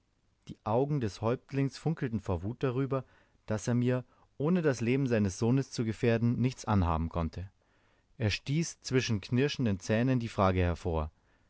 die augen des häuptlings funkelten vor wut darüber daß er mir ohne das leben seines sohnes zu gefährden nichts anhaben konnte er stieß zwischen knirschenden zähnen die frage hervor